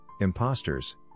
imposters